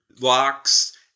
locks